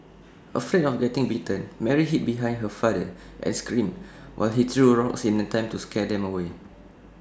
afraid of getting bitten Mary hid behind her father as screamed while he threw rocks in an attempt to scare them away